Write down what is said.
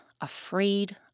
afraid